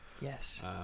Yes